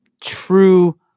true